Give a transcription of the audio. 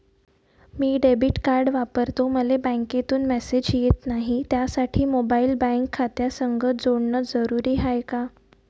मी debit card वापरतो मले बँकेतून मॅसेज येत नाही, त्यासाठी मोबाईल बँक खात्यासंग जोडनं जरुरी हाय का?